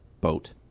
boat